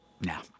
now